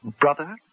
brother